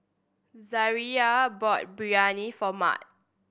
Zariah bought Biryani for Mat